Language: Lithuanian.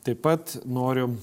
taip pat noriu